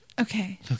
Okay